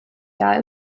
jahr